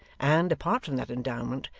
and, apart from that endowment,